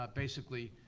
ah basically,